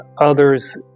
others